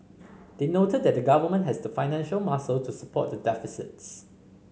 they noted that the Government has the financial muscle to support the deficits